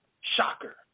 Shocker